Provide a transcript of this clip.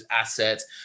assets